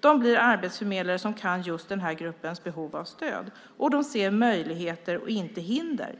De blir arbetsförmedlare som kan just den här gruppens behov av stöd, och de ser möjligheter, inte hinder.